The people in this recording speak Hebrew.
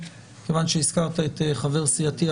מכיוון שהזכרת את חבר סיעתי,